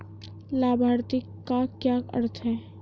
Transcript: लाभार्थी का क्या अर्थ है?